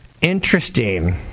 Interesting